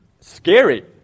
scary